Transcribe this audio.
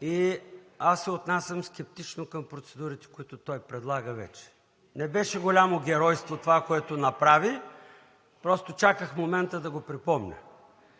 и аз се отнасям скептично към процедурите, които той предлага вече. Не беше голямо геройство това, което направи. Просто чаках момента да го припомня.